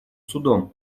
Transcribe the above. судом